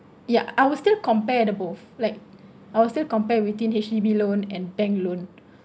ya I will still compare the both like I will still compare within H_D_B loan and bank loan